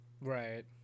Right